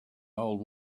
old